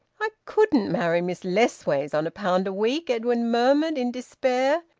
i couldn't marry miss lessways on a pound a week, edwin murmured, in despair,